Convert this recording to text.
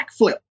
backflip